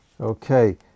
Okay